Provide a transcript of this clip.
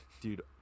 dude